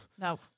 No